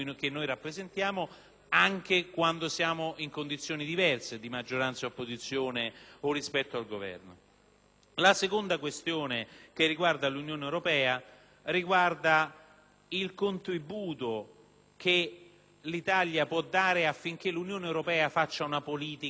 anche quando siamo in condizioni diverse di maggioranza o opposizione o di Governo. La seconda questione inerente l'Unione europea riguarda il contributo che l'Italia può dare affinché l'Unione faccia una politica moderna.